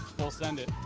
full send it.